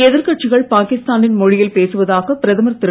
எதிர்கட்சிகள் பாகிஸ்தா னின் மொழியில் பேசுவதாக பிரதமர் திரு